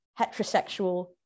heterosexual